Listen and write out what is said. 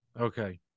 Okay